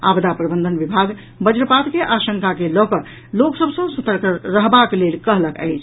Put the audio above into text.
आपदा प्रबंधन विभाग वज्रपात के आशंका के लऽ कऽ लोक सभ सँ सतर्क रहबाक लेल कहलक अछि